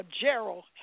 Gerald